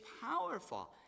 powerful